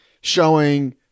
showing